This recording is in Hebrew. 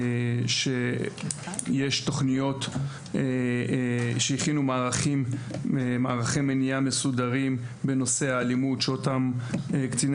יש תוכניות שהכינו מערכי מניעה מסודרים בנושא האלימות שאותם קציני